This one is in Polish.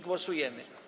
Głosujemy.